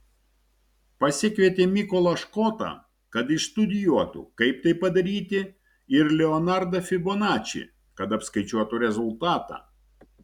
pasikvietė mykolą škotą kad išstudijuotų kaip tai padaryti ir leonardą fibonačį kad apskaičiuotų rezultatą